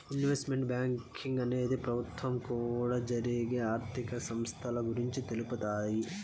investment banking అనేది ప్రభుత్వం కూడా జరిగే ఆర్థిక సంస్థల గురించి తెలుపుతాయి